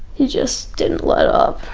he just didn't let up.